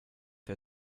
der